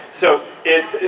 so it's